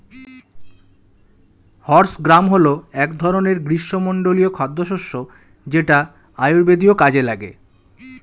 horse gram হল এক ধরনের গ্রীষ্মমণ্ডলীয় খাদ্যশস্য যেটা আয়ুর্বেদীয় কাজে লাগে